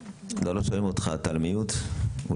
וברכה, בוקר טוב.